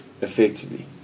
effectively